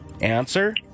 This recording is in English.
Answer